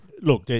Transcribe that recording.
look